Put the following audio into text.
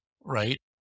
Right